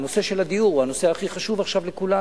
הנושא של הדיור הוא הנושא הכי חשוב עכשיו לכולנו,